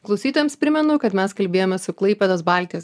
klausytojams primenu kad mes kalbėjomės su klaipėdos baltijos